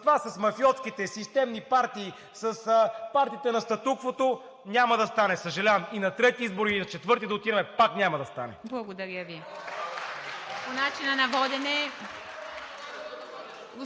Това с мафиотските системни партии, с партиите на статуквото – няма да стане, съжалявам. И на трети избори, и на четвърти да отидем – пак няма да стане! (Ръкопляскания от